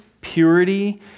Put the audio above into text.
purity